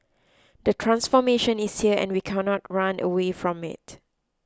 the transformation is here and we cannot run away from it